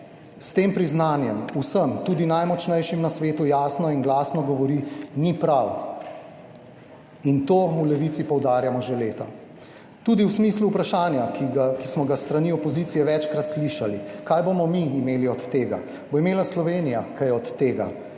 S tem priznanjem vsem, tudi najmočnejšim na svetu, jasno in glasno govori: »Ni prav!« In to v Levici poudarjamo že leta, tudi v smislu vprašanja, ki smo ga s strani opozicije večkrat slišali: »Kaj bomo mi imeli od tega? Bo imela Slovenija kaj od tega?